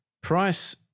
price